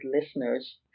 listeners